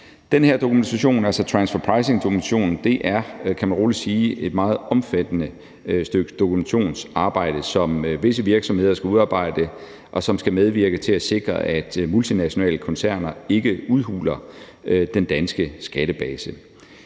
er – kan man rolig sige – et meget omfattende stykke dokumentationsarbejde, som visse virksomheder skal udarbejde, og som skal medvirke til at sikre, at multinationale koncerner ikke udhuler den danske skattebase.